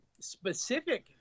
specific